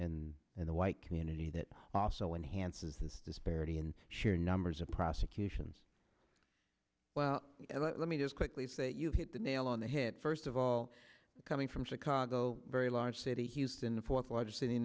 and in the white community that also enhances this disparity in sheer numbers of prosecutions well let me just quickly say you hit the nail on the head first of all coming from chicago very large city houston the fourth largest city